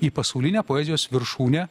į pasaulinę poezijos viršūnę